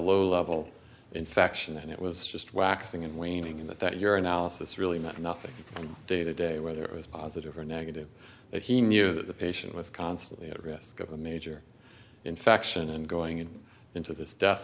low level infection and it was just waxing and waning and that that your analysis really meant nothing day to day whether it was positive or negative that he knew that the patient was constantly at risk of a major infection and going into this death